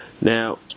Now